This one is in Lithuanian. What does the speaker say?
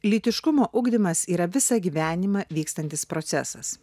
lytiškumo ugdymas yra visą gyvenimą vykstantis procesas